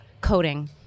coding